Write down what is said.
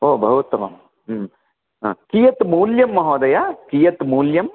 ओ बहु उत्तमं कियत् मूल्यं महोदय कियत् मूल्यं